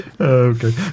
Okay